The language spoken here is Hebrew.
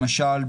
למשל,